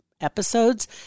episodes